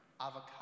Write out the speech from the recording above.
Avocado